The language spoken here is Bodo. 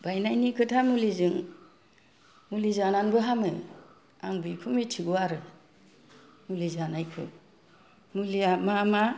बायनायनि खोथा मुलिजों मुलि जानानैबो हामो आं बेखौ मिथिगौ आरो मुलि जानायखौ मुलिया मा मा